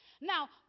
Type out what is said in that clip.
Now